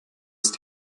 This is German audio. ist